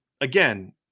again –